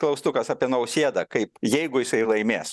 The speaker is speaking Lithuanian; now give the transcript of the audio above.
klaustukas apie nausėdą kaip jeigu jisai laimės